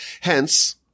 Hence